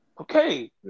Okay